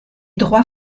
droits